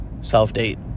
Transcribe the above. self-date